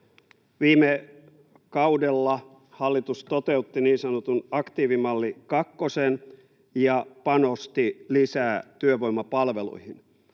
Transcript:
Viime kaudella hallitus toteutti niin sanotun aktiivimalli kakkosen ja panosti lisää työvoimapalveluihin.